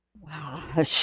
Wow